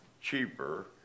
cheaper